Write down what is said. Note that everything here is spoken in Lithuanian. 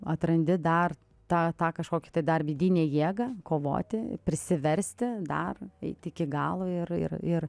atrandi dar tą tą kažkokį tai dar vidinę jėgą kovoti prisiversti dar eiti iki galo ir ir